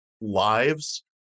lives